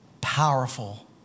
powerful